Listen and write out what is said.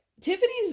Tiffany's